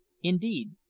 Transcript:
indeed,